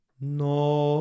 No